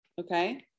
okay